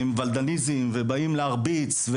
ובאים להרביץ,